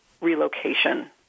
relocation